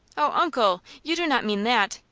oh, uncle, you do not mean that?